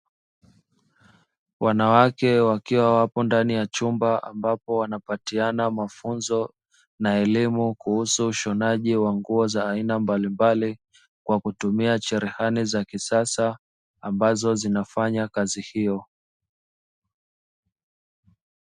Wanawake wakiwa wapo ndani ya chumba ambapo wanapatiana mafunzo na elimu kuhusu ushonaji wa nguo za aina mbalimbali kwa kutumia cherehani za kisasa ambazo zinafanya kazi hiyo.